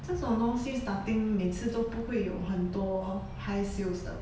这种东西 starting 每次都不会有很多 high sales 的